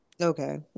Okay